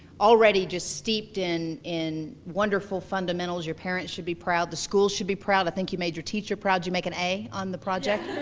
already, just steeped in in wonderful fundamentals. your parents should be proud, the school should be proud, i think you made your teacher proud. did you make an a on the project?